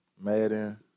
Madden